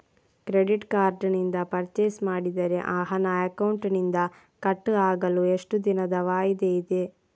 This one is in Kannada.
ಕ್ರೆಡಿಟ್ ಕಾರ್ಡ್ ನಿಂದ ಪರ್ಚೈಸ್ ಮಾಡಿದರೆ ಆ ಹಣ ಅಕೌಂಟಿನಿಂದ ಕಟ್ ಆಗಲು ಎಷ್ಟು ದಿನದ ವಾಯಿದೆ ಇದೆ?